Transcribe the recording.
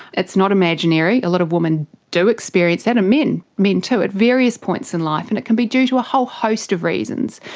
it's not imaginary, a lot of women do experience that, and men too at various points in life, and it can be due to a whole host of reasons.